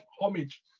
homage